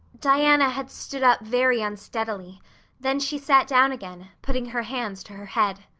diana had stood up very unsteadily then she sat down again, putting her hands to her head.